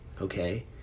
Okay